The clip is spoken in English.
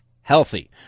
healthy